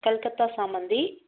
கல்கத்தா சாமந்தி